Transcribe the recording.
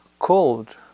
cold